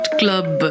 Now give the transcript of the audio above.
club